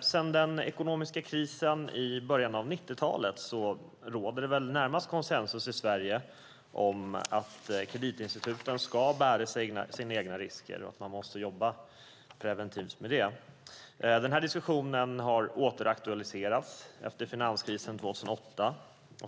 Sedan den ekonomiska krisen i början av 90-talet råder det väl närmast konsensus i Sverige om att kreditinstituten ska bära sina egna risker och att man måste jobba preventivt med detta. Diskussionen har återaktualiserats efter finanskrisen 2008.